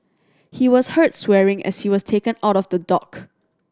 he was heard swearing as he was taken out of the dock